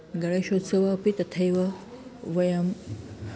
गणेशोत्सवः अपि तथैव वयं